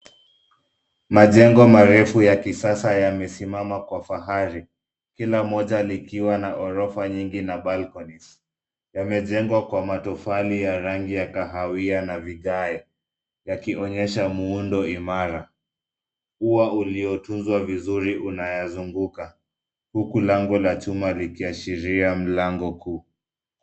Majengo marefu ya kisasa yamesimama kwa fahari kila moja likiwa na orofa nyingi na [cs ] balkoni[cs ]. Yametengwa kwa matofali ya rangi ya kahawia na vigae yakionyesha muundo imara. Ua ulio tunzwa vizuri unayazunguka huku lango la chuma likiashiria mlango kuu.